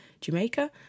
Jamaica